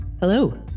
Hello